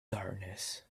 darkness